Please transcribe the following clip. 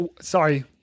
Sorry